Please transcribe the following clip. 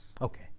Okay